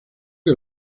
que